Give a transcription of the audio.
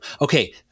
Okay